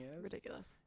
Ridiculous